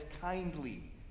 kindly